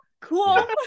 Cool